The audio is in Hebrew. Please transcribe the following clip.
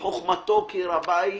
בחכמתו כי רבה,